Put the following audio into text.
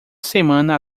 semana